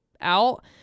out